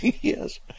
Yes